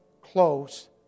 close